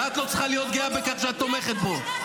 ואת לא צריכה להיות גאה בכך שאת תומכת בו.